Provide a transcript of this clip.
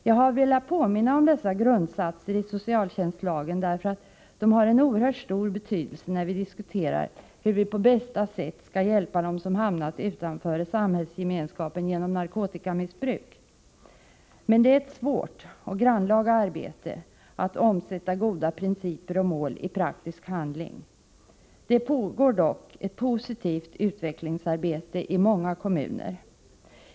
Jag har velat påminna om dessa grundsatser i socialtjänstlagen, därför att de har oerhört stor betydelse när vi diskuterar hur vi på bästa sätt skall hjälpa dem som genom narkotikamissbruk hamnat utanför samhällsgemenskapen. Men det är ett svårt och grannlaga arbete att omsätta goda principer och mål i praktisk handling. Det pågår dock ett positivt utvecklingsarbete i många kommuner.